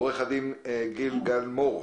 עורך דין גיל גלמור,